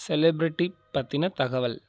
celebrity பற்றின தகவல்